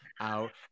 out